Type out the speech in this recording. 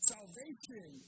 Salvation